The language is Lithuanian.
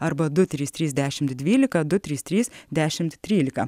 arba du trys trys dešimt dvylika du trys trys dešimt trylika